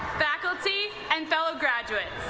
faculty, and fellow graduates.